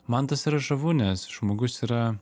man tas yra žavu nes žmogus yra